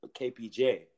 KPJ